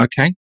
Okay